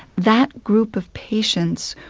that group of patients,